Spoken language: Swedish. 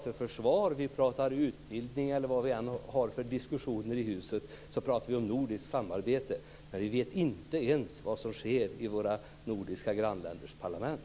När vi talar om försvar, utbildning eller något annat här i huset så talar vi om nordiskt samarbete, men vi vet inte ens vad som sker i våra nordiska grannländers parlament.